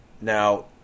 Now